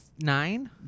Nine